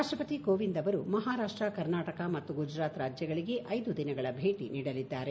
ರಾಷ್ಟ್ರಪತಿ ಕೋವಿಂದ್ ಅವರು ಮಹಾರಾಷ್ಟ್ರ ಕರ್ನಾಟಕ ಮತ್ತು ಗುಜರಾತ್ ರಾಜ್ಯಗಳಿಗೆ ಐದು ದಿನಗಳ ಭೇಟಿ ನೀಡಲಿದ್ದಾರೆ